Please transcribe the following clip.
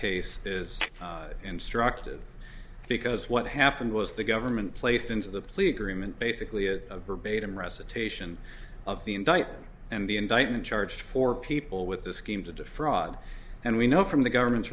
case is instructive because what happened was the government placed into the plea agreement basically a verbatim recitation of the indictment and the indictment charge for people with the scheme to defraud and we know from the government's